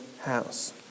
house